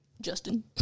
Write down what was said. Justin